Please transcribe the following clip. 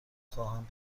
خواهم